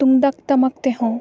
ᱛᱩᱢᱫᱟᱜ ᱴᱟᱢᱟᱠ ᱛᱮᱦᱚᱸ